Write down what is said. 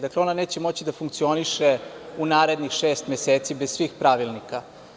Dakle, ona neće moći da funkcioniše u narednih šest meseci bez svih pravilnika.